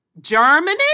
Germany